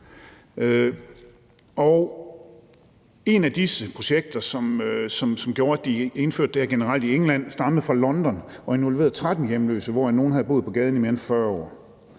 Et af disse projekter, som gjorde, at de indførte det generelt i England, stammede fra London og involverede 13 hjemløse, hvoraf nogle havde boet på gaden i mere end 40 år.